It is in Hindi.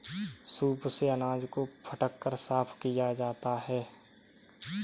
सूप से अनाज को फटक कर साफ किया जाता है